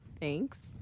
thanks